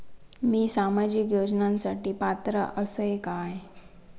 मी सामाजिक योजनांसाठी पात्र असय काय?